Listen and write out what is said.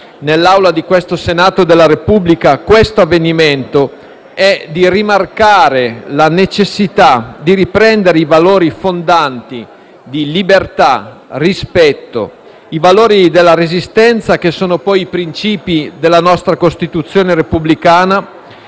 nell'Aula di questo Senato della Repubblica è quello di rimarcare la necessità di riprendere i valori fondanti di libertà e rispetto, i valori della Resistenza, che sono poi i princìpi della nostra Costituzione repubblicana,